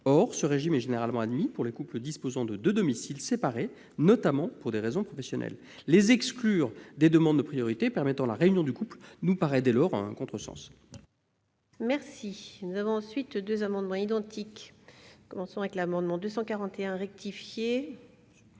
Or ce régime est généralement admis pour les couples disposant de deux domiciles séparés, notamment pour des raisons professionnelles. Les exclure des demandes de priorité permettant la réunion du couple nous paraît dès lors constituer un contresens. Les deux amendements suivants sont identiques. L'amendement n° 241 rectifié